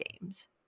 games